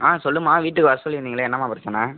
ஆ சொல்லும்மா வீட்டுக்கு வர சொல்லிருந்தீங்களே என்னம்மா பிரச்சின